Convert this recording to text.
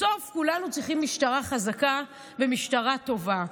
בסוף כולנו צריכים משטרה חזקה ומשטרה טובה,